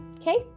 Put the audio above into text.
okay